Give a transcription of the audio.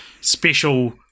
special